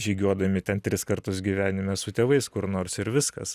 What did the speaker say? žygiuodami ten tris kartus gyvenime su tėvais kur nors ir viskas